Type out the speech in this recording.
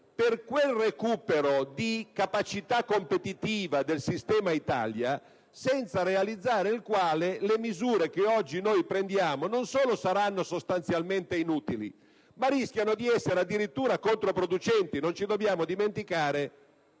per recuperare la capacità competitiva del sistema Italia, senza la quale le misure che oggi prendiamo non solo saranno sostanzialmente inutili, ma rischiano di essere addirittura controproducenti. Non dobbiamo dimenticare